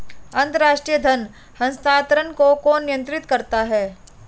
अंतर्राष्ट्रीय धन हस्तांतरण को कौन नियंत्रित करता है?